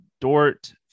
Dort